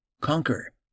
conquer